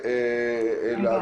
נעולה.